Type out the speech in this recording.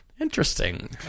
interesting